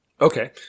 Okay